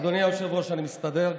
אדוני היושב-ראש, אני מסתדר.